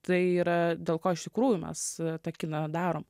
tai yra dėl ko iš tikrųjų mes tą kiną darom